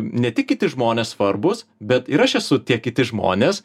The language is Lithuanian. ne tik kiti žmonės svarbūs bet ir aš esu tie kiti žmonės